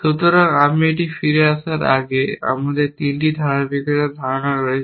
সুতরাং আমি এটিতে ফিরে আসার আগে আমাদের কাছে 3টি ধারাবাহিকতার ধারণা রয়েছে